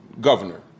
governor